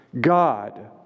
God